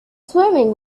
swimming